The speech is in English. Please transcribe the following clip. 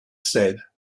said